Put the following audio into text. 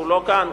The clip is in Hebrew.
שלא נמצא כאן,